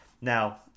Now